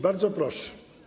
Bardzo proszę.